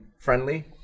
friendly